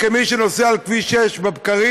כמי שנוסע על כביש 6 בבקרים,